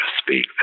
speak